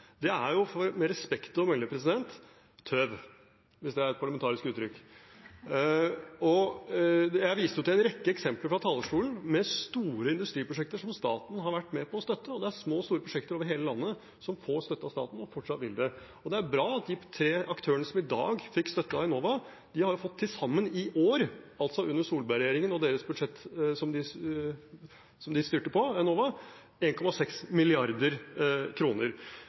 er med respekt å melde tøv – hvis det er et parlamentarisk uttrykk. Jeg viste fra talerstolen til en rekke eksempler med store industriprosjekter som staten har vært med på å støtte. Det er små og store prosjekter over hele landet som får støtte av staten og fortsatt vil få det. Det er bra at de tre aktørene som i dag fikk støtte av Enova, til sammen i år har fått – altså under Solberg-regjeringen og